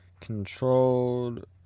Controlled